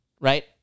right